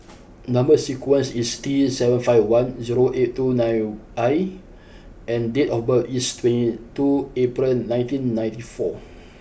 number sequence is T seven five one zero eight two nine I and date of birth is twenty two April nineteen ninety four